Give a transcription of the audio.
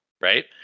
right